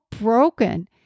broken